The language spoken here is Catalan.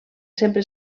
sempre